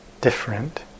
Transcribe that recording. different